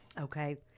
Okay